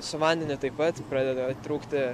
su vandeniu taip pat pradeda trūkti